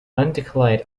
undeclared